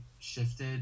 shifted